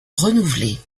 renouvelé